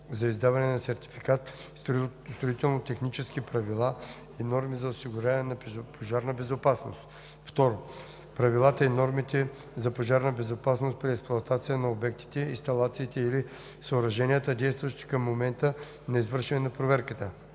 за издаване на сертификат строително технически правила и норми за осигуряване на пожарна безопасност; 2. правилата и нормите за пожарна безопасност при експлоатация на обектите, инсталациите или съоръженията, действащи към момента на извършване на проверката.